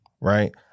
Right